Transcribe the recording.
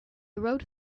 rode